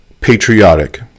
patriotic